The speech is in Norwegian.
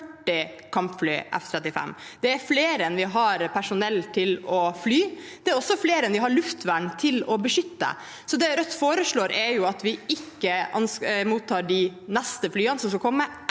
Det er flere enn vi har personell til å fly. Det også flere enn vi har luftvern til å beskytte. Det Rødt foreslår, er at vi ikke mottar de flyene som skal komme